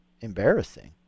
embarrassing